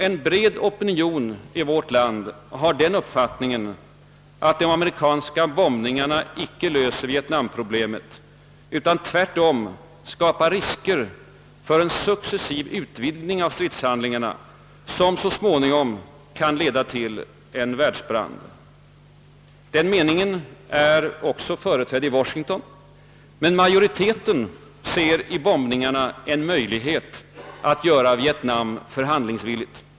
En bred opinion i vårt land har den uppfattningen att de amerikanska bombningarna icke löser vietnamproblemet utan tvärtom skapar risker för en successiv utvidgning av stridshandlingarna som så småningom kan leda till en världsbrand. Den meningen är också företrädd i Washington, men majoriteten ser i bombningarna en möjlighet att göra Vietnam förhandlingsvilligt.